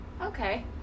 okay